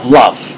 love